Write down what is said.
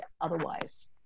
otherwise